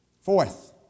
Fourth